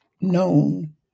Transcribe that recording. known